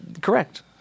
correct